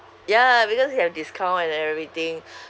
ya because they have discount and everything